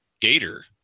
Gator